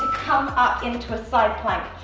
come up into a side plank.